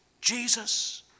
Jesus